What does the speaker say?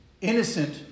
innocent